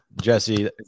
Jesse